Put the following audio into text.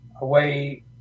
away